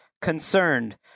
concerned